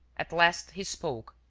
at last, he spoke,